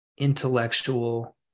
intellectual